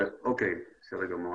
בסדר גמור,